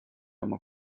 oma